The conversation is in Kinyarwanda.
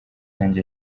yanjye